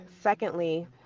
secondly